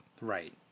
Right